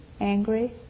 angry